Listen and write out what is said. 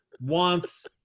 wants